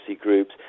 groups